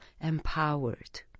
empowered